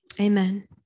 Amen